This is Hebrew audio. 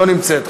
לא נמצאת,